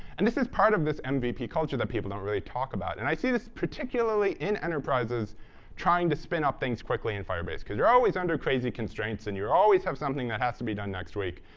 and this is part of this and mvp culture that people don't really talk about. and i see this particularly in enterprises trying to spin up things quickly in firebase. because you're always under crazy constraints, and you always have something that has to be done next week.